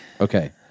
Okay